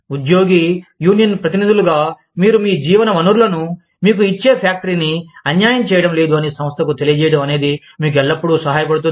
ఉద్యోగి యూనియన్ ప్రతినిధులుగా మీరు మీ జీవన వనరులను మీకు ఇచ్చే ఫ్యాక్టరీని అన్యాయం చేయటం లేదు అని సంస్థకు తెలియజేయడం అనేది మీకు ఎల్లప్పుడూ సహాయపడుతుంది